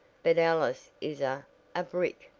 but alice is a a brick!